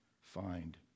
find